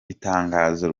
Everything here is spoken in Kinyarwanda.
itangazo